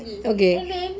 okay